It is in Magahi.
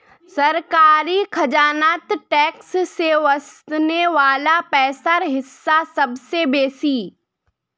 सरकारी खजानात टैक्स से वस्ने वला पैसार हिस्सा सबसे बेसि